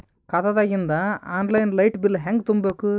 ಖಾತಾದಾಗಿಂದ online light bill ಹೇಂಗ ತುಂಬಾ ಬೇಕು?